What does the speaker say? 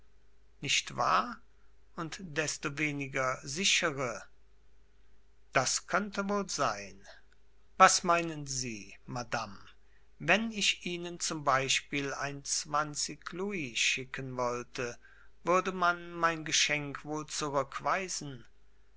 nicht wahr und desto weniger sichere das könnte wohl sein was meinen sie madame wenn ich ihnen zum beispiel ein zwanzig louis schicken wollte würde man mein geschenk wohl zurückweisen